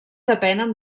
depenen